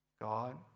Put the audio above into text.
God